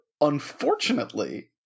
unfortunately